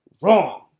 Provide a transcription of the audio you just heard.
wrong